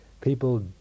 people